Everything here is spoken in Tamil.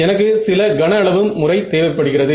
எனக்கு சில கன அளவு முறை தேவைப்படுகிறது